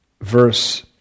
verse